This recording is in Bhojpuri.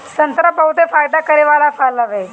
संतरा बहुते फायदा करे वाला फल हवे